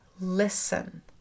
Listen